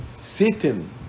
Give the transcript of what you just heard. Satan